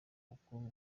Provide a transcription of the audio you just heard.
mukuru